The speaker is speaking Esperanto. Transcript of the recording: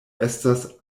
estas